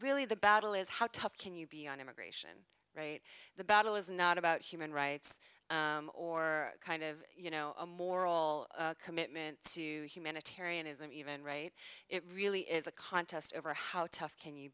really the battle is how tough can you be on immigration right the battle is not about human rights or kind of you know a moral commitment to humanitarianism even right it really is a contest over how tough can you